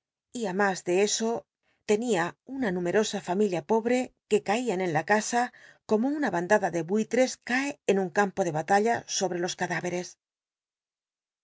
y á mas de eso tenia una nmilerosa familia pobrc que caian en la casa como una bandada de buitt es cae en un campo de batalla sobre los cadá